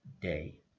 day